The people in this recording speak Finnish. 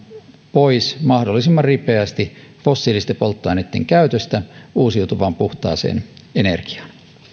mahdollisimman ripeästi pois fossiilisten polttoaineitten käytöstä uusiutuvaan puhtaaseen energiaan